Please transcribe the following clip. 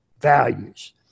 values